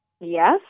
Yes